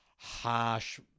harsh